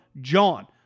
JOHN